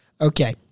okay